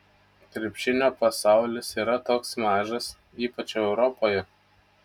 krepšinio pasaulis yra toks mažas ypač europoje